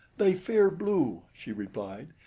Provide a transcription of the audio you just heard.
they fear blue, she replied.